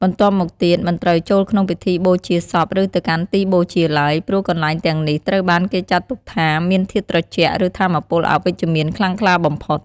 បន្ទាប់មកទៀត មិនត្រូវចូលក្នុងពិធីបូជាសព ឬទៅកាន់ទីបូជាឡើយ ព្រោះកន្លែងទាំងនេះត្រូវបានគេចាត់ទុកថាមានធាតុត្រជាក់ ឬថាមពលអវិជ្ជមានខ្លាំងក្លាបំផុត។